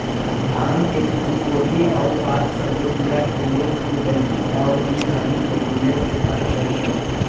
भांग के फूल कोढ़ी आऽ पात सभके बीया के लेल बंकिंग आऽ डी हलिंग प्रक्रिया से पार करइ छै